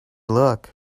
look